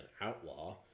outlaw